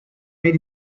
made